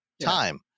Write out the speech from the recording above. time